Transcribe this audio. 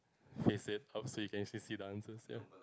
face it out so you can still see the answers ya